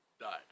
died